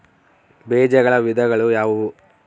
ಬೇಜಗಳ ವಿಧಗಳು ಯಾವುವು?